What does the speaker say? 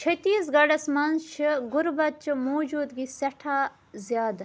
چٔھتیٖس گَڑھس منٛز چھِ غُربَتچہِ موجوٗدگی سٮ۪ٹھاہ زیادٕ